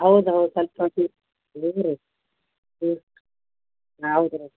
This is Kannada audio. ಹೌದು ಹೌದು ಸ್ವಲ್ಪ ಹ್ಞೂ ಹ್ಞೂ ಹೌದು ರೀ